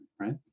right